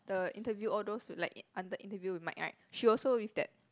the interview all those like under interview with Mike right she also with that